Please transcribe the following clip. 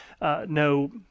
no